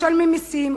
משלמים מסים,